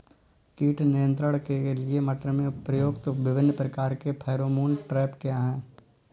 कीट नियंत्रण के लिए मटर में प्रयुक्त विभिन्न प्रकार के फेरोमोन ट्रैप क्या है?